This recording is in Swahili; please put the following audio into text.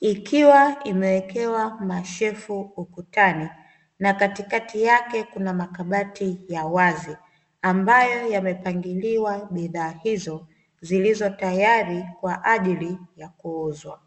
ikiwa imewekewa mashelfu ukutani, na katikati yake kuna makabati ya wazi, ambayo yamepangiliwa bidhaa hizo, zilizo tayari kwa ajìli ya kuuzwa.